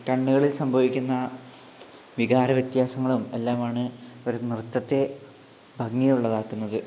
കണ്ണുകളിൽ സംഭവിക്കുന്ന വികാരവ്യത്യാസങ്ങളും എല്ലാമാണ് ഒരു നൃത്തത്തെ ഭംഗിയുള്ളതാക്കുന്നത്